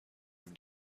have